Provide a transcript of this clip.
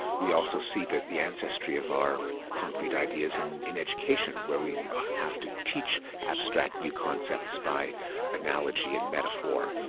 we also see that the ancestry of our concrete ideas in in education where we have to teach abstract new concepts by analogy and metaphor,